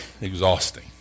exhausting